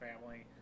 family